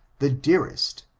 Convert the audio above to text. the dearcsst,